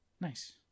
Nice